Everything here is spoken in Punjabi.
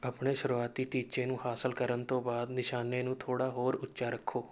ਆਪਣੇ ਸ਼ੁਰੂਆਤੀ ਟੀਚੇ ਨੂੰ ਹਾਸਲ ਕਰਨ ਤੋਂ ਬਾਅਦ ਨਿਸ਼ਾਨੇ ਨੂੰ ਥੋੜ੍ਹਾ ਹੋਰ ਉੱਚਾ ਰੱਖੋ